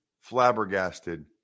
flabbergasted